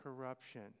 corruption